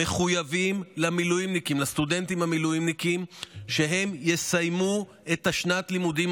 מחויבים לסטודנטים המילואימניקים שהם יסיימו את שנת הלימודים